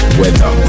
weather